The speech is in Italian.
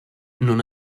non